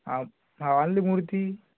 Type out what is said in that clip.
हो हा आणली मूर्ती